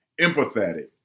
empathetic